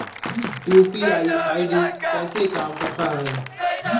UPI ID कैसे काम करता है?